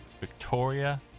Victoria